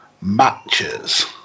Matches